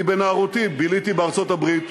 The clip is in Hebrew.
בנערותי ביליתי בארצות-הברית,